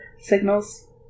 signals